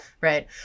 right